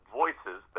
voices